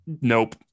nope